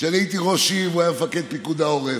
כשאני הייתי ראש עיר הוא היה מפקד פיקוד העורף.